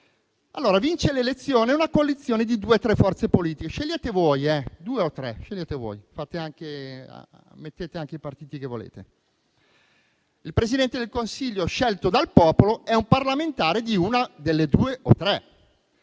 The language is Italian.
Vince le elezioni una coalizione formata da due o tre forze politiche (scegliete voi, mettete anche i partiti che volete); il Presidente del Consiglio scelto dal popolo è un parlamentare di una delle due o tre